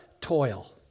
toil